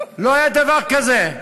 לא היה דבר כזה.